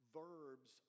verbs